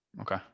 Okay